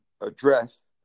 address